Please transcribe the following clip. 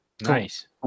Nice